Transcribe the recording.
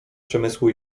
przemysłu